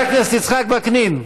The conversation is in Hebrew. חבר הכנסת יצחק וקנין,